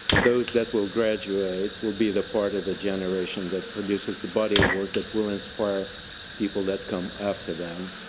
those that will graduate will be the part of the generation that produces the body of work that will inspire people that come after them.